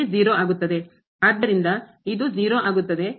ಆದ್ದರಿಂದ ಇದು 0 ಆಗುತ್ತದೆ